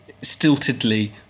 stiltedly